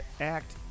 act